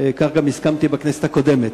וכך גם הסכמתי בכנסת הקודמת,